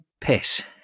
piss